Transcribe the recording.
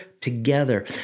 together